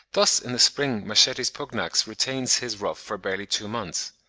thus in the spring machetes pugnax retains his ruff for barely two months.